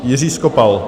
Jiří Skopal.